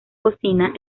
cocina